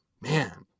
Man